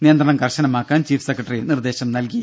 നിയന്ത്രണം കർശനമാക്കാൻ chief secretary നിർദ്ദേശം നൽകി